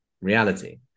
reality